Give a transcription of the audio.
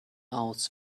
aus